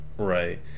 Right